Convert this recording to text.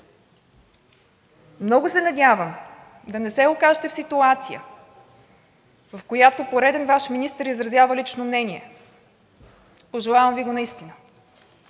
Много се надявам да не се окажете в ситуация, в която пореден Ваш министър изразява лично мнение, пожелавам Ви го наистина.